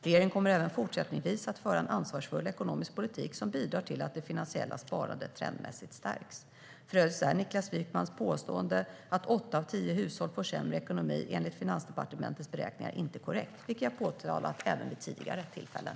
Regeringen kommer även fortsättningsvis att föra en ansvarsfull ekonomisk politik som bidrar till att det finansiella sparandet trendmässigt stärks. För övrigt är Niklas Wykmans påstående att åtta av tio hushåll får sämre ekonomi enligt Finansdepartementets beräkningar inte korrekt, vilket jag har påtalat även vid tidigare tillfällen.